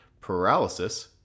paralysis